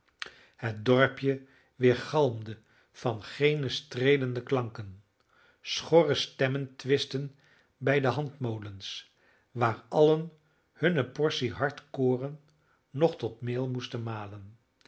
het dorpje weergalmde van geene streelende klanken schorre stemmen twistten bij de handmolens waar allen hunne portie hard koren nog tot meel moesten malen